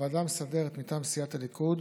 בוועדה המסדרת, מטעם סיעת הליכוד